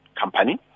company